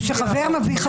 ומשום מה קשה לכם לדבר איתי,